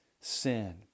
sin